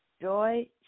Joy